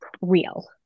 Real